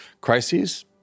crises